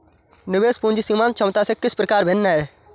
निवेश पूंजी सीमांत क्षमता से किस प्रकार भिन्न है?